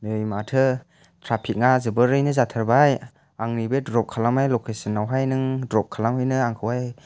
नै माथो ट्राफिकआ जोबोरैनो जाथारबाय आंनि बे द्रप खालामनाय लकेसनावहाय नों द्रप खालामहैनो आंखौहाय